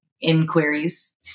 inquiries